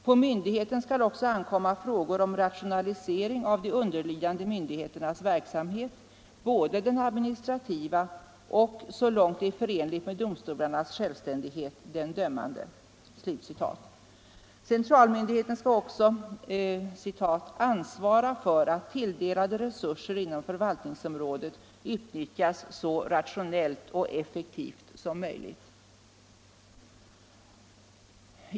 ”På myndigheten skall också ankomma frågor om rationalisering av de underlydande myndigheternas verksamhet, både den administrativa och, så långt det är förenligt med domstolarnas självständighet, den dömande.” Centralmyndigheten skall också ”ansvara för att tilldelade resurser inom förvaltningsområdet utnyttjas så rationellt och effektivt som möjligt”.